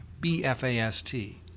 B-F-A-S-T